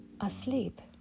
asleep